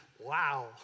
Wow